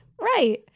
Right